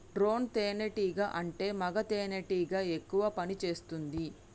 drone తేనే టీగా అంటే మగ తెనెటీగ ఎక్కువ పని చేస్తుంది